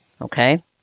Okay